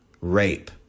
rape